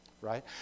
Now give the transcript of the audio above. Right